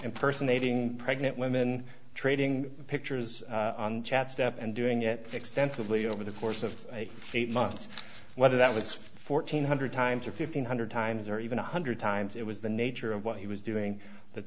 impersonating pregnant women trading pictures on chat step and doing it extensively over the course of eight months whether that was fourteen hundred times or fifteen hundred times or even one hundred times it was the nature of what he was doing that